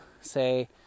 say